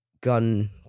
gun